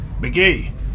McGee